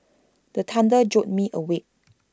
the thunder jolt me awake